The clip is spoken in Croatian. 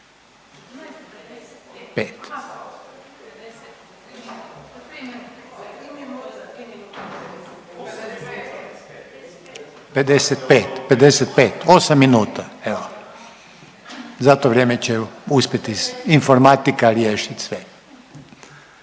55, 55, 8 minuta, evo, za to vrijeme će uspjeti informatika riješit sve.